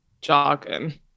jargon